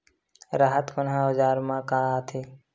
राहत कोन ह औजार मा काम आथे?